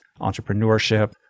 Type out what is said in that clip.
entrepreneurship